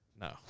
No